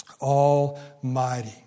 Almighty